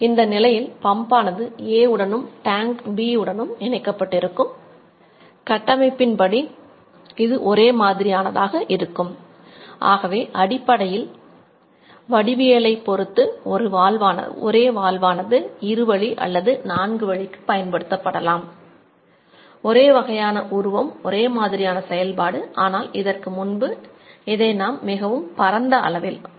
இந்த நிலையில் பம்பானது அளவில் வைத்திருந்தோம்